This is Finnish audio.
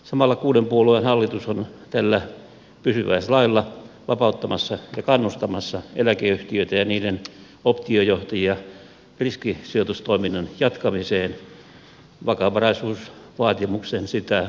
samalla kuuden puolueen hallitus on tällä pysyväislailla vapauttamassa ja kannustamassa eläkeyhtiöitä ja niiden optiojohtajia riskisijoitustoiminnan jatkamiseen vakavaraisuusvaatimuksen sitä estämättä